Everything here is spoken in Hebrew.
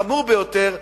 והחמור ביותר,